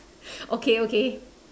okay okay